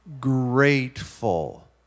grateful